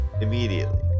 immediately